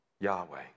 Yahweh